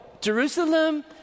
Jerusalem